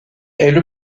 elle